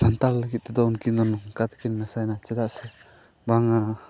ᱥᱟᱱᱛᱟᱲ ᱞᱟᱹᱜᱤᱫ ᱛᱮᱫᱚ ᱩᱱᱠᱤᱱ ᱫᱚ ᱱᱚᱝᱠᱟ ᱛᱮᱠᱤᱱ ᱢᱮᱥᱟᱭᱮᱱᱟ ᱪᱮᱫᱟᱜ ᱥᱮ ᱵᱟᱝᱟ